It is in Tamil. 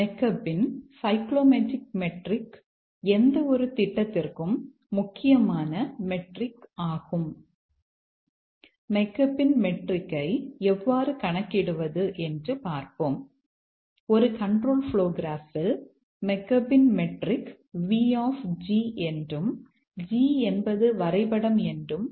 மெக்கேப் எந்தவொரு திட்டத்திற்கும் முக்கியமான மெட்ரிக் ஆகும்